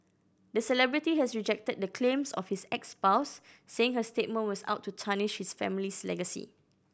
the celebrity has rejected the claims of his ex spouse saying her statement was out to tarnish his family's legacy